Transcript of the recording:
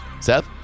Seth